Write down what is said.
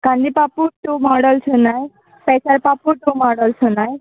కందిపప్పు two models ఉన్నాయి పెసర పప్పు టూ మోడల్స్ ఉన్నాయి